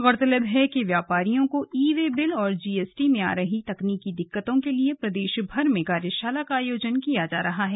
गौरतलब है कि व्यापारियों को ई वे बिल और जीएसटी में आ रही तकनीकी दिक्कतों के लिए प्रदेश भर में कार्यशाला का आयोजन किया जा रहा है